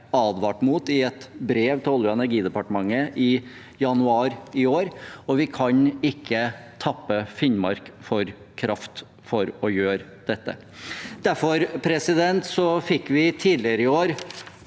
advarte mot i et brev til Olje- og energidepartementet i januar i år, og vi kan ikke tappe Finnmark for kraft for å gjøre dette. Derfor fikk vi tidligere i år